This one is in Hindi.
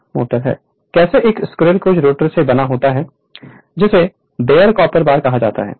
Refer Slide Time 2200 कैसे एक स्क्विरल केज रोटर से बना होता है जिसे बेयर कॉपर बार कहा जाता है